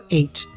eight